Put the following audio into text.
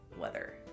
weather